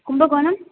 Kumbakonam